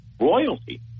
royalty